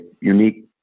unique